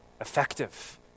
effective